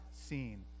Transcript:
seen